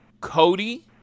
Cody